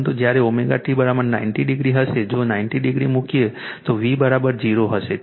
પરંતુ જ્યારે ωt 90 degree હશે જો 90 ડીગ્રી મુકીએ તો V 0 હશે